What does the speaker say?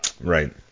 Right